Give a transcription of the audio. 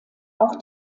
auch